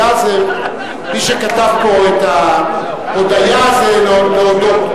למי שכתב "הודיה" הודיה זה להודות.